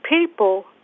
people